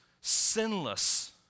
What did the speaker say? sinless